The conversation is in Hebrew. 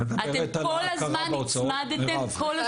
אתם כל הזמן נצמדתם לסיפור של המחיר.